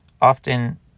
Often